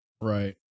Right